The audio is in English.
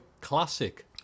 classic